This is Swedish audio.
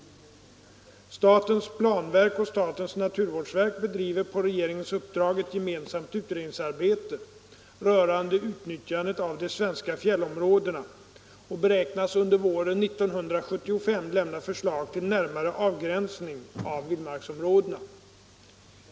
Statens planverk och statens naturvårdsverk bedriver på regeringens uppdrag ett gemensamt utredningsarbete rörande utnyttjandet av de svenska fjällområdena och beräknas under våren 1975 lämna förslag till närmare avgränsning av vildmarksområdena.